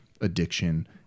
addiction